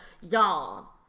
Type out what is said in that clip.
y'all